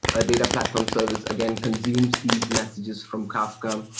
a data platform service again consumes these messages from kafka.